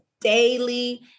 daily